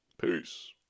Peace